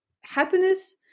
happiness